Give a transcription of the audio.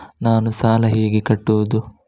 ನಾನು ಸಾಲ ಹೇಗೆ ಕಟ್ಟುವುದು?